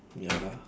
ya lah